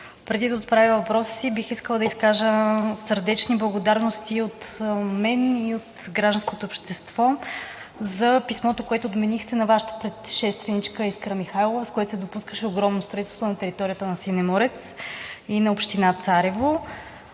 преди да отправя въпроса си, бих искала да изкажа сърдечни благодарности от мен и от гражданското общество за писмото, което отменихте на Вашата предшественичка Искра Михайлова, с което се допускаше огромно строителство на територията на Синеморец и на община Царево,